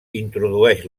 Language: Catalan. introdueix